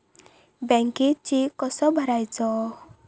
बँकेत चेक कसो भरायचो?